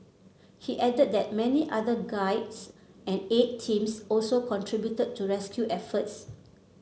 he added that many other guides and aid teams also contributed to rescue efforts